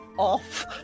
off